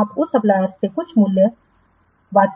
आप उस सप्लायरसे कुछ मूल मूल्य के साथ बातचीत कर सकते हैं